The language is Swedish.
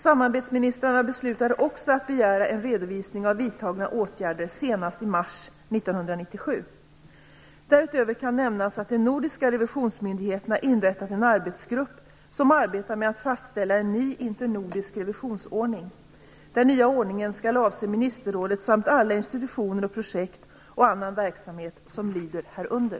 Samarbetsministrarna beslutade också att begära en redovisning av vidtagna åtgärder senast i mars Därutöver kan nämnas att de nordiska revisionsmyndigheterna har inrättat en arbetsgrupp som arbetar med att fastställa en ny internordisk revisionsordning. Den nya ordningen skall avse ministerrådet samt alla institutioner och projekt och annan verksamhet som lyder härunder.